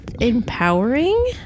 empowering